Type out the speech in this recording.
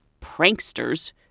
pranksters